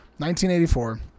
1984